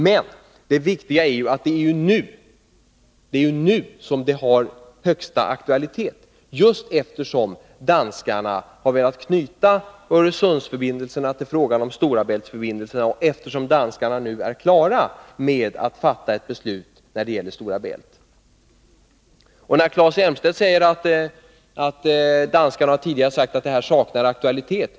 Men det viktiga är att det är nu som den har högsta aktualitet, eftersom danskarna har velat knyta frågan om Öresundsförbindelserna till frågan om Stora Bältförbindelserna och eftersom danskarna nu är klara att fatta ett beslut när det gäller Stora Bält. Claes Elmstedt sade att danskarna tidigare sagt att det här saknar aktualitet.